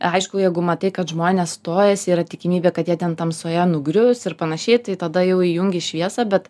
aišku jeigu matai kad žmonės stojasi yra tikimybė kad jie ten tamsoje nugrius ir panašiai tai tada jau įjungi šviesą bet